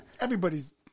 Everybody's